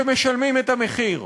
שמשלמים את המחיר.